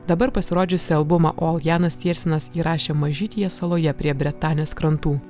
dabar pasirodžiusį albumą ol janas tiersenas įrašė mažytėje saloje prie bretanės krantų